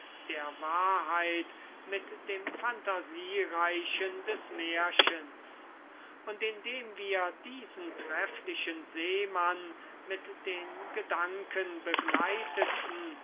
der wahrheit mit dem phantasiereichen des märchens und indem wir diesen trefflichen seemann mit den gedanken begleiteten